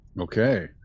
okay